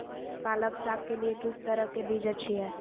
पालक साग के लिए किस तरह के बीज अच्छी है?